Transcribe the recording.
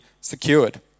secured